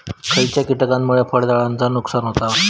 खयच्या किटकांमुळे फळझाडांचा नुकसान होता?